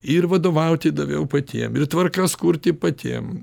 ir vadovauti daviau patiem ir tvarkas kurti patiem